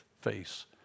face